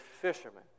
fishermen